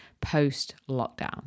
post-lockdown